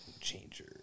changer